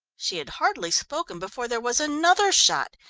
she had hardly spoken before there was another shot.